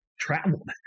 traveled